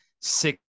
six